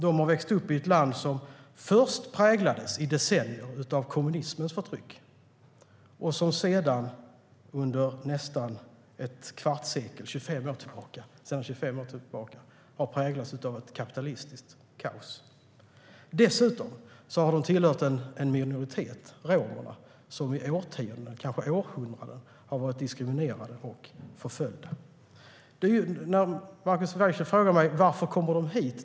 De har vuxit upp i ett land som först präglades av kommunismens förtryck i decennier och som sedan, under de senaste 25 åren, har präglats av kapitalistiskt kaos. Dessutom hör dessa människor till en minoritet, romerna, som i årtionden, kanske århundraden, har varit diskriminerade och förföljda. Markus Wiechel frågar mig varför de kommer hit.